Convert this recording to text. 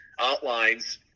outlines